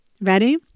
Ready